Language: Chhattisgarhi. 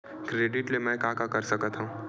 क्रेडिट ले मैं का का कर सकत हंव?